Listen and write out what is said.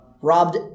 robbed